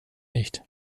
nicht